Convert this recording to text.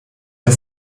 der